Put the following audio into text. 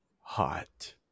hot